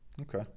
Okay